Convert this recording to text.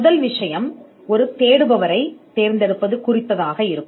முதல் விஷயம் ஒரு தேடுபவரைத் தேர்ந்தெடுப்பதில் இருக்கும்